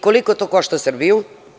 Koliko to košta Srbiju?